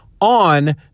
on